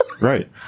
right